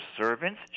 servants